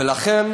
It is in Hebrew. ולכן